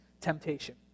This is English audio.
temptation